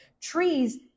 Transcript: Trees